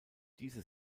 diese